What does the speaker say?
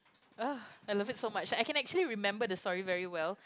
uh I love it so much like I can actually remember the story very well